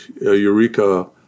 eureka